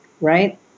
Right